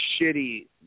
shitty